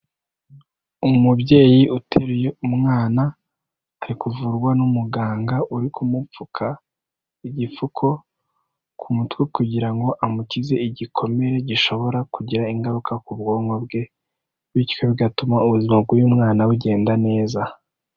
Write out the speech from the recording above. Umubyeyi uteruye umwana, ari kuvurwa n'umuganga uri kumupfuka, igipfuko ku mutwe kugira ngo amukize igikomere, gishobora kugira ingaruka ku bwonko bwe, bityo bigatuma ubuzima bw'uyu mwana bugenda neza.